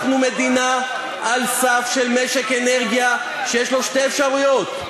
אנחנו מדינה על סף של משק אנרגיה שיש לו שתי אפשרויות.